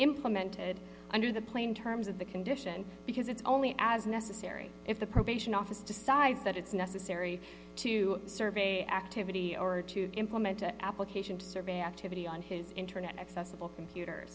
implemented under the plain terms of the condition because it's only as necessary if the probation office decides that it's necessary to survey activity or to implement the application to survey activity on his internet accessible computers